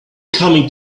coming